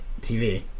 TV